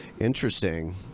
Interesting